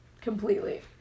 completely